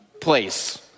place